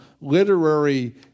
literary